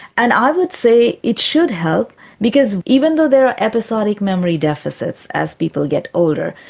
and i would say it should help because even though there are episodic memory deficits as people get older,